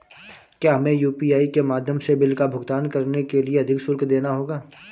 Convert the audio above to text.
क्या हमें यू.पी.आई के माध्यम से बिल का भुगतान करने के लिए अधिक शुल्क देना होगा?